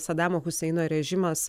sadamo huseino režimas